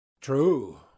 True